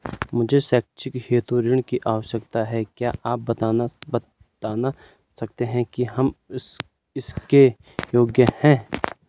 मुझे शैक्षिक हेतु ऋण की आवश्यकता है क्या आप बताना सकते हैं कि हम इसके योग्य हैं?